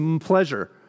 pleasure